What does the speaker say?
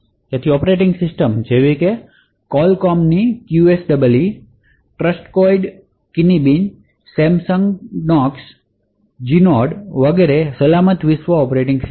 તેથી operating system જેમ કે Qualcommની QSEE Trustonics Kinibi Samsung Knox Genode વગેરે સલામત વિશ્વ ઑપરેટિંગ સિસ્ટમ છે